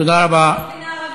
תודה רבה.